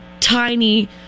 tiny